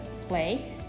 place